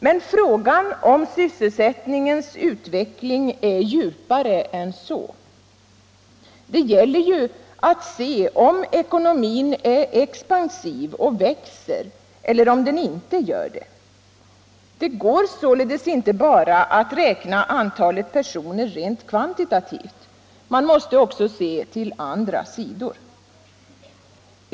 Men frågan om sysselsättningens utveckling är djupare än så. Det gäller ju att se om ekonomin är expansiv och växer eller om den inte gör det. Det går således inte bara att räkna antalet personer rent kvantitativt. Man måste också se till andra sidor.